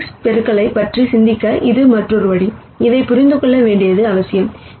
matrix பெருக்கங்களைப் பற்றி சிந்திக்க இது மற்றொரு வழி இதை புரிந்து கொள்ள வேண்டியது அவசியம்